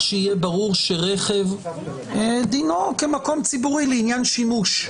שיהיה ברור שרכב דינו כמקום ציבורי לעניין שימוש.